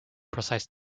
precise